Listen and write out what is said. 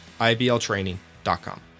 ibltraining.com